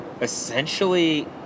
essentially